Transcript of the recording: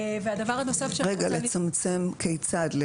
לצמצם כיצד?